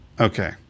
Okay